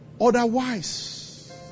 Otherwise